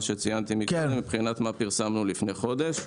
שציינתי קודם מבחינת מה שפרסמנו לפני חודש.